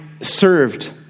served